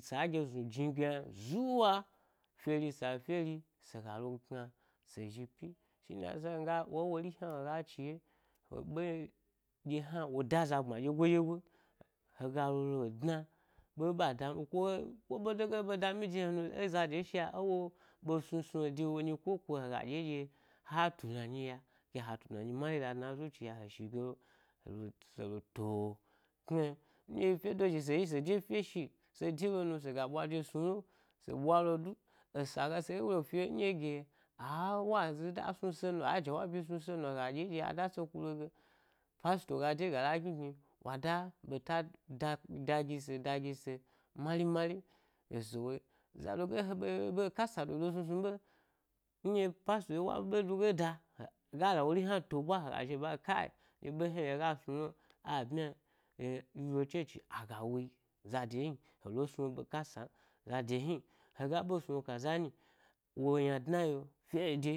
Sa geznu gbu jni ge yna zuwa feri sayi efye ri alo kna se zhi’ pi shine ya sa nga ewori hnalo miga chiye e be ɗye wo da za gbma ɗyegoi dyegoi hega lo helo ɗna, ɓeɓe da, ko, ko ɓede ge a ɓe dami de he nu, eza de sha ewo ɓe dami de he nu, eza de sha ewo ɓe snu snu’o de wo nyikoko hega ɗye ha tunani yak e ha tunani yak e ha tunani mari la dna ẻ zuciya he shige lo se lo to-kna ẻ nɗye fyedo zhi se zhi se de fye shi se de lo mi sega ɓwa de smi lo se ɓwa lo du esa ga se zhi se lo fyo nɗye gye a-wazi da smise nu a jawabi snu se mi hega ɗye ada se ku lo ge pastor ga de ga la gni gni wa da ɓeta da da gi se ida gise mari mari gisewo zade ge ha ɓe yi ɓekasa dodo yi snu snu ɓe nɗye pastor wa ɓege da gala wori hna to ɓwa hega zhi he ba gna kai, ɗye ɓe hni hega snulo a ɓmya m eh yi lo chochi aga wuyi zade hni helo snu wo ɓe ka mi za de hni hega ɓe snu wok a za nyi wo dna yi’o fye da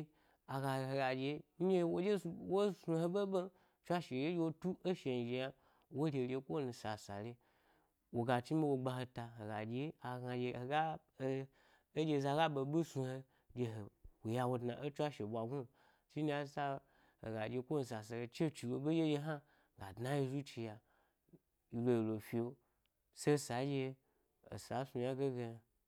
aga hega ɗye nɗye woɗye snu wo snu he ɓe ɓe m iswashe ye nɗye wo tu ẻ shen zhi yna wo re’re m ko wani sa sa lo yi woga chni ɓe wo gba he ta, hega dye agna ɗye hega ẻ ẻ ɗye eza ga ɓeɓi snu he ɗye he yawo dna e tswashe ɓwa gnu’o shine yasa hega ɗye chochi lo ɓe ɗye ɗye hna ga dna yi zuciya a yi lo yilo gyeo se san dye esa snu ynage ga yna.